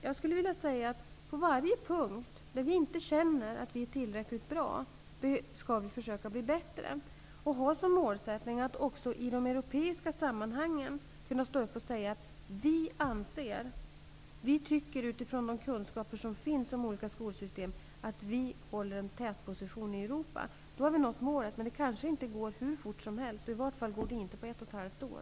Jag skulle vilja säga att vi på varje punkt där vi känner att vi inte är tillräckligt bra skall försöka bli bättre och ha som mål att också i de europeiska sammanhangen kunna stå upp och säga: Vi tycker, utifrån de kunskaper som finns om olika skolsystem, att vi håller en tätposition i Europa. Då har vi nått målet. Men det kanske inte går hur fort som helst. I vart fall går det inte på ett och ett halvt år.